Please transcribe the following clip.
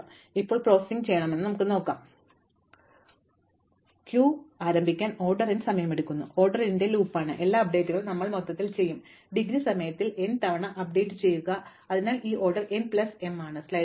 അതിനാൽ ഇത് ഇപ്പോൾ പ്രോസസ്സ് ചെയ്യണമെന്ന് ഞങ്ങൾക്കറിയാം അതിനാൽ ഇത് മൊത്തമായി മാറുന്നു പട്ടിക സ്കാൻ ചെയ്യാൻ ഓർഡർ m സമയമെടുക്കും ക്യൂ ആരംഭിക്കാൻ ഓർഡർ n സമയമെടുക്കുന്നു തുടർന്ന് ഇത് ഓർഡറിന്റെ ലൂപ്പാണ് ഇവിടെ എല്ലാ അപ്ഡേറ്റുകളിലും ഞങ്ങൾ മൊത്തത്തിൽ ചെയ്യും ഡിഗ്രി ക്രമത്തിൽ n തവണ അപ്ഡേറ്റുചെയ്യുക അതിനാൽ ഇത് ഓർഡർ n പ്ലസ് എം ആണ്